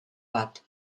bat